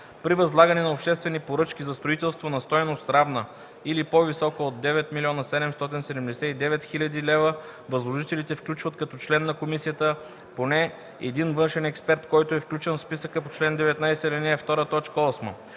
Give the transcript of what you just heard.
При възлагане на обществени поръчки за строителство на стойност, равна или по-висока от 9 779 000 лв. възложителите включват като член на комисията поне един външен експерт, който е включен в списъка по чл. 19, ал. 2, т. 8.